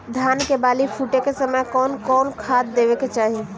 धान के बाली फुटे के समय कउन कउन खाद देवे के चाही?